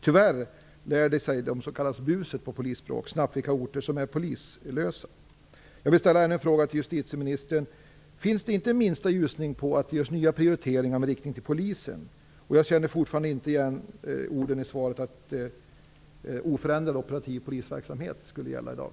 Tyvärr lär sig de som kallas busen på polisspråk snabbt vilka orter som saknar poliser. Finns det inte minsta ljusning när det gäller nya prioriteringar som inte drabbar Polisen? Jag känner fortfarande inte igen orden i svaret, att oförändrad och operativ polisverksamhet skulle gälla i dag.